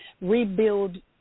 rebuild